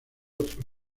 otros